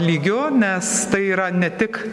lygiu nes tai yra ne tik